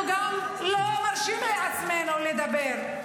אנחנו גם לא מרשים לעצמנו לדבר.